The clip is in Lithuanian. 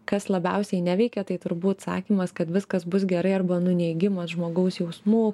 kas labiausiai neveikia tai turbūt sakymas kad viskas bus gerai arba nuneigimas žmogaus jausmų